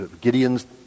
Gideon's